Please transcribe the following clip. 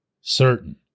certain